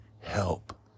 help